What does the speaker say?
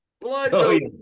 Blood